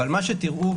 מה שתראו,